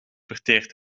verteerd